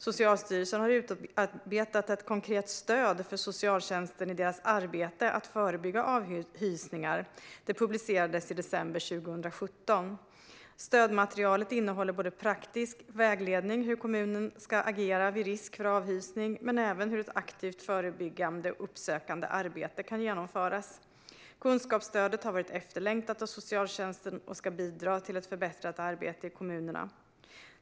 Socialstyrelsen har utarbetat ett konkret stöd för socialtjänsten i deras arbete med att förebygga avhysningar, vilket publicerades i december 2017. Stödmaterialet innehåller både praktisk vägledning för hur kommunen ska agera vid risk för avhysning och för hur ett aktivt förebyggande och uppsökande arbete kan genomföras. Kunskapsstödet har varit efterlängtat av socialtjänsten och ska bidra till ett förbättrat arbete i kommunerna.